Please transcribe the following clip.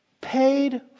Paid